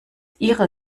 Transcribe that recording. ihrer